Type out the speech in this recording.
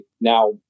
now